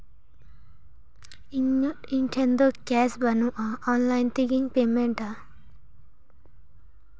ᱤᱧᱟᱹᱜ ᱤᱧ ᱴᱷᱮᱱ ᱫᱚ ᱠᱮᱥ ᱵᱟᱹᱱᱩᱜᱼᱟ ᱚᱱᱞᱟᱭᱤᱱ ᱛᱮᱜᱮᱧ ᱯᱮᱢᱮᱱᱴᱼᱟ